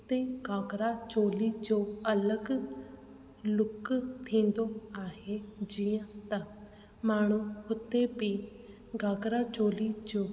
उते घाघरा चोली जो अलॻि लुक थींदो आहे जीअं त माण्हू उते बि घाघरा चोली जो